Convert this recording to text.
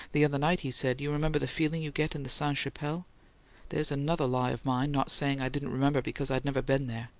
the other night he said, you remember the feeling you get in the sainte-chapelle' there's another lie of mine, not saying i didn't remember because i'd never been there.